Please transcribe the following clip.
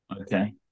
Okay